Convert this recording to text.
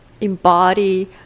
embody